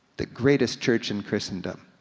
the greatest church in christendom,